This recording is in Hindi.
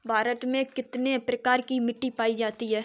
भारत में कितने प्रकार की मिट्टी पाई जाती है?